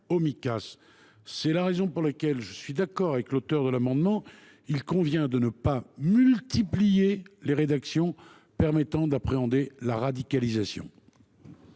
C’est la raison pour laquelle – je suis d’accord avec l’auteur de l’amendement – il convient de ne pas multiplier les rédactions permettant d’appréhender la radicalisation